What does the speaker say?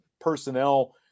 personnel